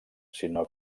sinó